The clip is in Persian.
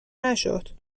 نشد